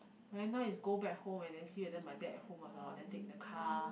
but now is go back home and then see isn't my dad at home or not and then take the car